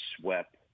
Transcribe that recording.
swept